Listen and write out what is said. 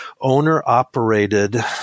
owner-operated